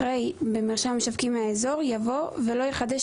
אחרי "במרשם משווקים מהאזור" יבוא "ולא יחדש